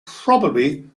probably